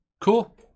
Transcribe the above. Cool